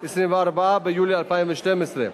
24 ביולי 2012,